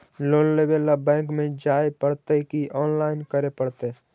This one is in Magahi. लोन लेवे ल बैंक में जाय पड़तै कि औनलाइन करे पड़तै?